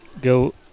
go